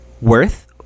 worth